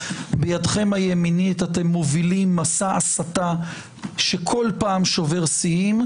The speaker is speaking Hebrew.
בידכם הימנית אתם מובילים מסע הסתה שכל פעם שובר שיאים,